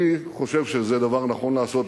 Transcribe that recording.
אני חושב שזה דבר נכון לעשות.